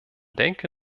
denke